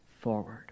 forward